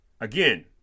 Again